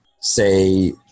say